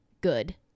good